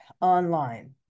online